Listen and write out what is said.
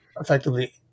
effectively